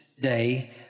day